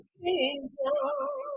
kingdom